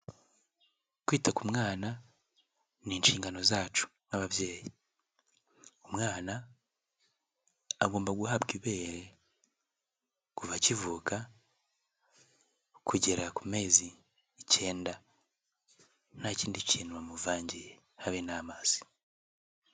Kwita ku mwana ni inshingano zacu nk'ababyeyi, umwana agomba guhabwa ibere, kuva akivuka kugera ku mezi icyenda nta kindi kintu bamumuvangiye, habe n'amazi.